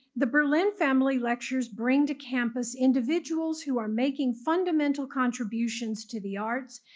the berlin family lectures bring to campus individuals who are making fundamental contributions to the arts,